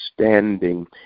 standing